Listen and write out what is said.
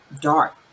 dark